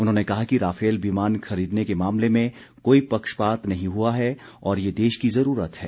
उन्होंने कहा कि राफेल विमान खरीदने के मामले में कोई पक्षपात नही हुआ और ये देश की जरूरत है